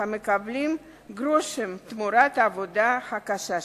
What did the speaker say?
המקבלים גרושים תמורת העבודה הקשה שלהם.